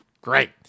great